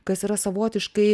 kas yra savotiškai